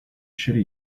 should